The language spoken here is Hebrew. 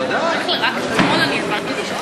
אדוני השר, את הנימוקים.